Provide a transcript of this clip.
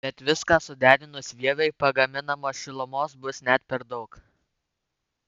bet viską suderinus vieviui pagaminamos šilumos bus net per daug